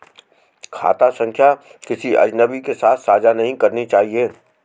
खाता संख्या किसी अजनबी के साथ साझा नहीं करनी चाहिए